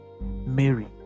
Mary